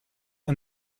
and